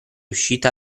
uscita